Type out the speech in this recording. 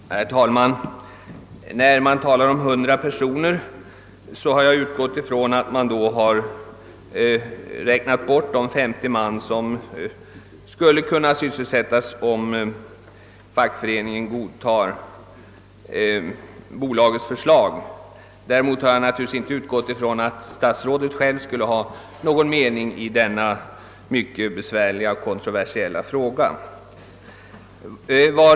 Herr talman! När det talas om hundra personer har jag utgått från att man räknat bort de femtio man som skulle kunna sysselsättas om fackföreningen godtar bolagets förslag. Däremot har jag naturligtvis inte räknat med att statsrådet själv skulle ha någon mening i denna mycket besvärliga och kontroversiella fråga.